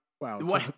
Wow